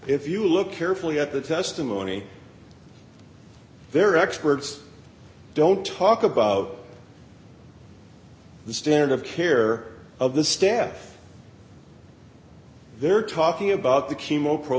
if you look carefully at the testimony their experts don't talk about the stand of care of the staff they're talking about the chemo pro